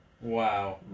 Wow